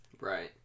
Right